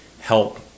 help